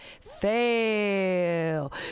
fail